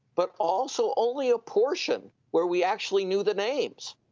but also only a portion where we actually knew the names